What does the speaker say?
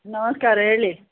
ನಮಸ್ಕಾರ ಹೇಳಿ